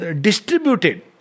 distributed